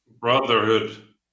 brotherhood